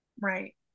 right